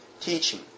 teaching